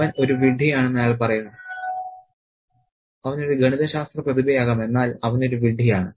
അവൻ ഒരു വിഡ്ഢിയാണെന്ന് അയാൾ പറയുന്നു അവൻ ഒരു ഗണിതശാസ്ത്ര പ്രതിഭയാകാം എന്നാൽ അവൻ ഒരു വിഡ്ഢിയാണ്